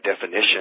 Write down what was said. definition